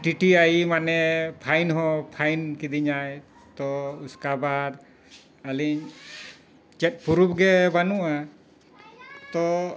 T ᱴᱤ ᱟᱭ ᱤ ᱢᱟᱱᱮ ᱯᱷᱟᱭᱤᱱ ᱦᱚᱸ ᱯᱷᱟᱭᱤᱱ ᱠᱤᱫᱤᱧᱟᱭ ᱛᱚ ᱩᱥᱠᱮ ᱵᱟᱫ ᱟᱹᱞᱤᱧ ᱪᱮᱫ ᱯᱩᱨᱩᱵ ᱜᱮ ᱵᱟᱹᱱᱩᱜᱼᱟ ᱛᱚ